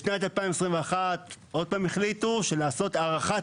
בשנת 2021 עוד פעם החליטו לעשות הארכת